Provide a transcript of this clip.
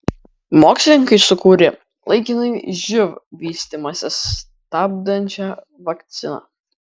mokslininkai sukūrė laikinai živ vystymąsi stabdančią vakciną